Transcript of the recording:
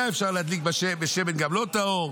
היה אפשר להדליק גם בשמן לא טהור.